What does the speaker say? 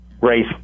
race